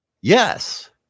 Yes